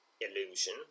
illusion